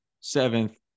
seventh